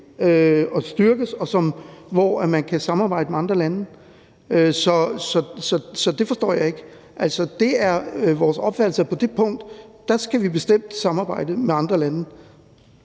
at styrke det og man kan samarbejde med andre lande. Så det forstår jeg ikke. Altså, det er vores opfattelse, at på det punkt skal vi bestemt samarbejde med andre lande.